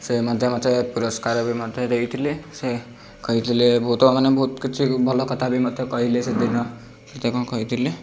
ସେ ମଧ୍ୟ ପୁରସ୍କାର ବି ମୋତେ ଦେଇଥିଲେ ସେ କହିଥିଲେ ବହୁତ ମାନେ ବହୁତ କିଛି ଭଲ କଥା ବି ମୋତେ କହିଲେ ସେଦିନ କେତେ କ'ଣ କହିଥିଲେ